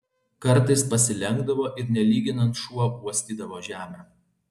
kartais pasilenkdavo ir nelyginant šuo uostydavo žemę